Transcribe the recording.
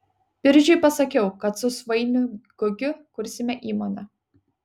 biržiui pasakiau kad su svainiu gugiu kursime įmonę